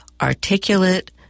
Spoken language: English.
articulate